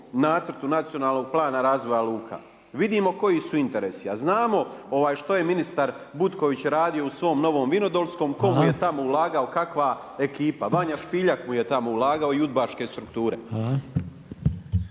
nacrtu Nacionalnog plana razvoja luka? Vidimo koji su interesi, a znamo što je ministar Butković radio u svom Novom Vinodolskom, tko mu je tamo ulagao, kakva ekipa, Vanja Špiljak mu je tamo ulagao i UDBA-ške strukture.